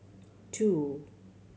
two